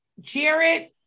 jared